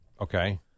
Okay